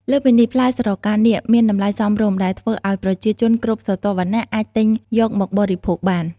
លើសពីនេះ ផ្លែស្រកានាគមានតម្លៃសមរម្យ ដែលធ្វើឱ្យប្រជាជនគ្រប់ស្រទាប់វណ្ណៈអាចទិញយកមកបរិភោគបាន។